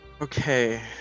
Okay